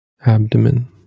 abdomen